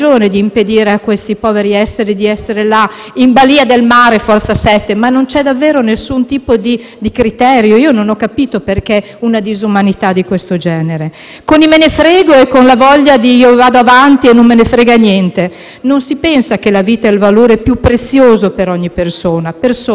di criterio e non ho capito perché mostriate una disumanità di questo genere, con i «me ne frego» e con la voglia di andare avanti, tanto non ve ne importa niente. Non si pensa che la vita è il valore più prezioso per ogni persona; persona: anch'io lo voglio dire, perché davvero le persone hanno la loro importanza, qualsiasi colore abbiano.